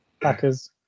Packers